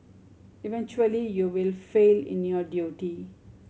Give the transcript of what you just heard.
eventually you will fail in your duty